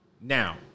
Now